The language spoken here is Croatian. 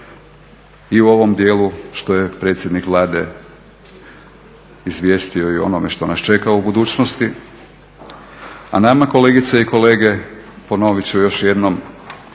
i u ovom dijelu što je predsjednik Vlade izvijestio i o onome što nas čeka u budućnosti, a nama kolegice i kolege, ponovit ću još jednom